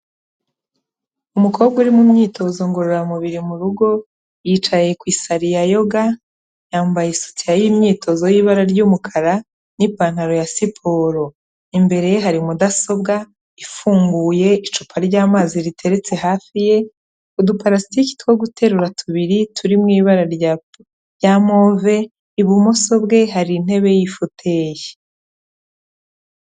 Umukobwa uri mu myitozo ngororamubiri mu rugo, yicaye ku isari ya yoga, yambaye isutiya y'imyitozo y'ibara ry'umukara n'ipantaro ya siporo. Imbere ye hari mudasobwa ifunguye, icupa ry'amazi riteretse hafi ye, uduparalasitiki two guterura tubiri turi mu ibara rya move, ibumoso bwe hari intebe y'ifoteyi.